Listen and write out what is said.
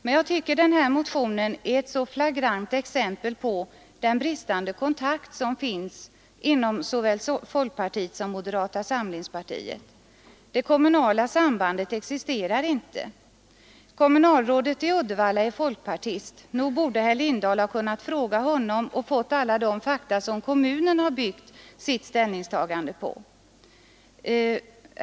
Men jag tycker att denna motion är ett så flagrant exempel på den bristande kontakt som finns inom såväl folkpartiet som moderata samlingspartiet. Det kommunala sambandet existerar inte. Kommunalrådet i Uddevalla är folkpartist. Nog borde herr Lindahl ha kunnat fråga honom och få alla de fakta som kommunen byggt sitt ställningstagande på.